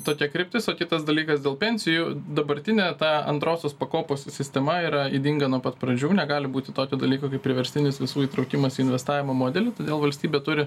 tokia kryptis o kitas dalykas dėl pensijų dabartinė ta antrosios pakopos sistema yra ydinga nuo pat pradžių negali būti tokio dalyko kaip priverstinis visų įtraukimas į investavimo modelį todėl valstybė turi